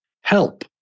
Help